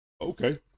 Okay